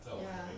ya